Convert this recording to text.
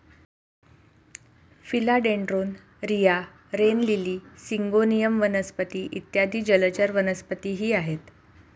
फिला dendron, रिया, rain lily, syngonium वनस्पती इत्यादी जलचर वनस्पतीही आहेत